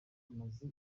amaze